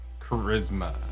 Charisma